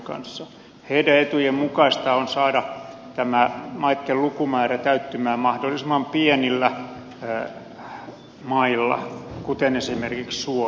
niiden etujen mukaista on saada tämä maitten lukumäärä täyttymään mahdollisimman pienillä mailla kuten esimerkiksi suomi